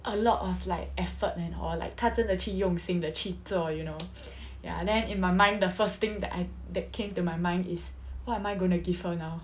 a lot of like effort and all like 她真的去用心地去做 you know ya and then in my mind the first thing that I that came to my mind is what am I gonna give her now